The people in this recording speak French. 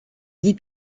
guy